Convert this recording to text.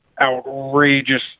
outrageous